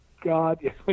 God